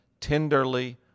tenderly